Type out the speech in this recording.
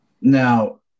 now